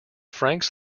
franks